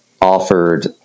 offered